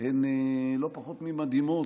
הן לא פחות ממדהימות,